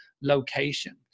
location